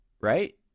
Right